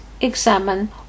examine